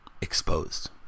exposed